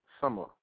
summer